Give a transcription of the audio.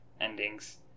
endings